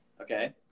Okay